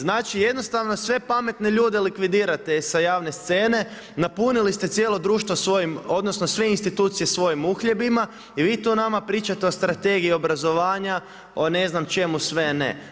Znači, jednostavno sve pametne ljude likvidirati sa javne scene, napunili ste cijelo društvo odnosno sve institucije svojim uhljebima i vi tu nama pričate o strategiji obrazovanja, o ne znam čemu sve ne.